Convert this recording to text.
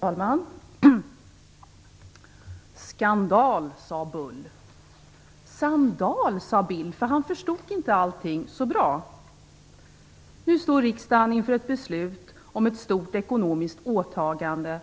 Fru talman! - Skandal, sa Bull. - Sandal, sa Bill, för han förstod inte allting så bra. Nu står riksdagen inför ett beslut om ett stort ekonomiskt åtagande,